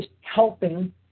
helping